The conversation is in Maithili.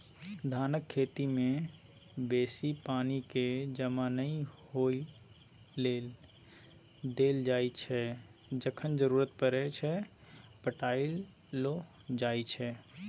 धानक खेती मे बेसी पानि केँ जमा नहि होइ लेल देल जाइ छै जखन जरुरत परय छै पटाएलो जाइ छै